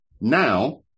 Now